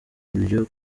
ibyo